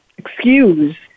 excuse